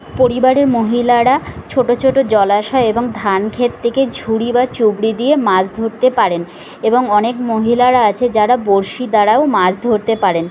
পরিবারের মহিলারা ছোটো ছোটো জলাশয় এবং ধান ক্ষেত থেকে ঝুড়ি বা চুবড়ি দিয়ে মাছ ধরতে পারেন এবং অনেক মহিলারা আছে যারা বঁড়শি দ্বারাও মাছ ধরতে পারেন